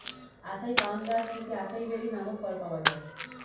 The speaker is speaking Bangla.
আসাই পাম গাছ থেকে আসাই বেরি নামক ফল পাওয়া যায়